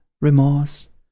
remorse